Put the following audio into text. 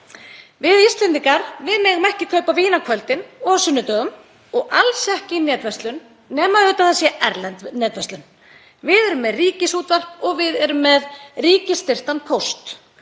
Við Íslendingar megum ekki kaupa vín á kvöldin, á sunnudögum og alls ekki í netverslun, nema auðvitað að það sé erlend netverslun. Við erum með ríkisútvarp og við erum með ríkisstyrktan póst.